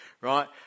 right